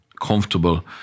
comfortable